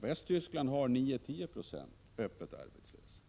Västtyskland har 9—10 96 öppet arbetslösa.